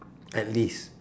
at least